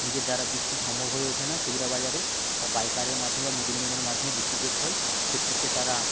নিজের দ্বারা বিক্রি সম্ভব হয়ে ওঠে না খুচরা বাজারে তা পাইকারের মাধ্যমে বা মিডলম্যানের মাধ্যমে বিক্রি করতে হয় সেক্ষেত্রে তারা